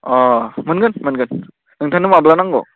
अ मोनगोन मोनगोन नोंथांनो माब्ला नांगौ